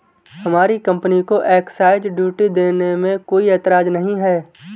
हमारी कंपनी को excise duty देने में कोई एतराज नहीं है